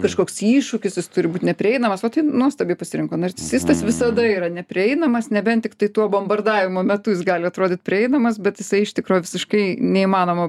kažkoks iššūkis jis turi būt neprieinamas vat tai nuostabiai pasirinko narcisistas visada yra neprieinamas nebent tiktai tuo bombardavimo metu jis gali atrodyt prieinamas bet jisai iš tikro visiškai neįmanoma